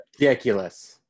ridiculous